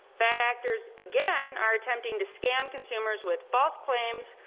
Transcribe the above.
bad actors again are attempting to scam consumers with false claims,